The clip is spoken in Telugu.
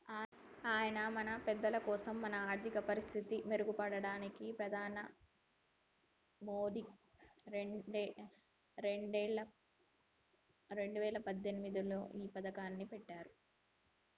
అయినా మన పెద్దలకోసం మన ఆర్థిక పరిస్థితి మెరుగుపడడానికి ప్రధాని మోదీ రెండేల పద్దెనిమిదిలో పథకాన్ని పెట్టారు